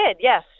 Yes